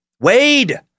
Wade